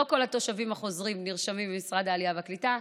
לא כל התושבים החוזרים נרשמים במשרד העלייה והקליטה,